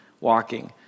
walking